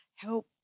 Help